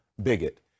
bigot